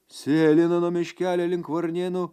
sėlina nuo miškelio link varnėnų